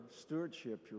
stewardship